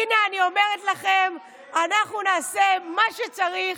הינה, אני אומרת לכם, אנחנו נעשה מה שצריך,